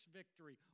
victory